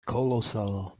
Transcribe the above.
colossal